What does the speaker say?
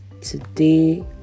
today